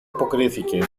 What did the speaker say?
αποκρίθηκε